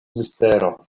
mistero